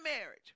marriage